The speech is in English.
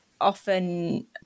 often